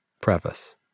Preface